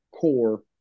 core